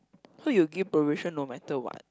so you'll give probation no matter what